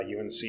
UNC